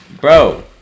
Bro